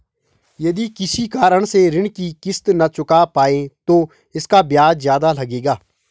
यदि किसी कारण से ऋण की किश्त न चुका पाये तो इसका ब्याज ज़्यादा लगेगा?